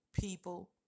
people